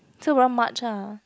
so around March ah